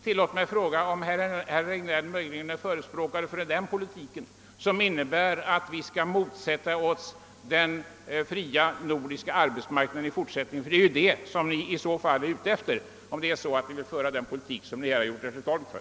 Tillåt mig fråga om herr Hagnell möjligen är förespråkare för en politik som innebär, att vi skall motsätta oss den fria nordiska arbetsmarknaden i fortsättningen. Det är väl det som herr Hagnell måste vara ute efter, om han vill föra den politik som han här har gjort sig till tolk för.